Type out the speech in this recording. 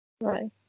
right